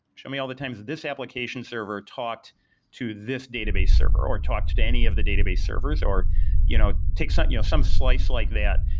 show me all the times this application server talked to this database server or talked to to any of the database servers, or you know take some you know some slice like that,